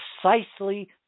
precisely